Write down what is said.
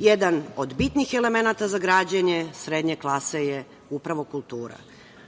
Jedan od bitnih elemenata za građenje srednje klase je upravo kultura